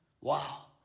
wow